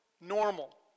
normal